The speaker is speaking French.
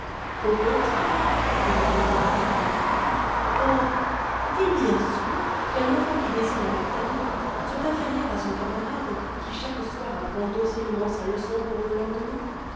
au contraire pourrait-on dire fréquemment or est-il bien sûr qu'un enfant qui dessine avec talent soit inférieur à son camarade qui chaque soir apprend docilement sa leçon pour le lendemain